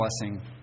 blessing